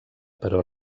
però